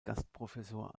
gastprofessor